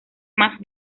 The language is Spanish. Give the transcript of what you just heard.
más